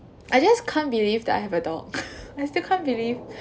I just can't believe that I have a dog I still can't believe